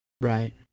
Right